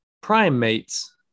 primates